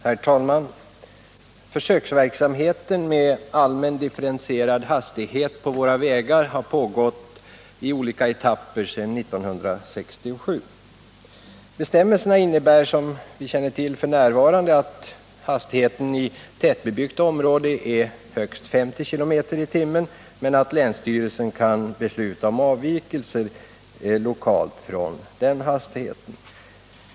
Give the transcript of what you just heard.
Herr talman! Försöksverksamheten med allmän differentierad hastighetsbegränsning på våra vägar har pågått i olika etapper sedan 1967. Bestämmelserna innebär, som vi känner till, att hastigheten f.n. inom tättbebyggt område är högst 50 km/tim men att länsstyrelsen kan besluta om lokala avvikelser från den hastigheten.